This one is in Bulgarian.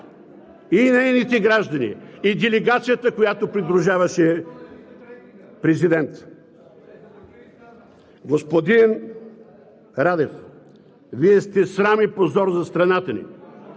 и нейните граждани, и делегацията, която придружаваше президента. Господин Радев, Вие сте срам и позор за страната ни,